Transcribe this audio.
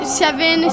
seven